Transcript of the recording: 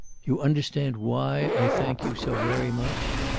you understand why i thank you so very much?